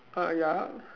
ah ya